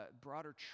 Broader